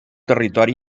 territori